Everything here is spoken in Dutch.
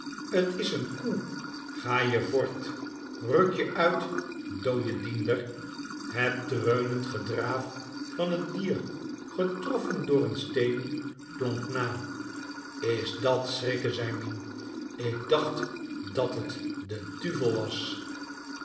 t is n koe ga je vort ruk je uit dooie diender het dreunend gedraaf van t dier getroffen door n steen klonk na is dat schrikke zei mien k dacht dat t de d u vel was